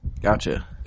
Gotcha